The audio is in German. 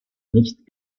nicht